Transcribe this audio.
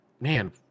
Man